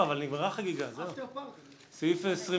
בעד הרביזיה על סעיף 29